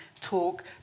talk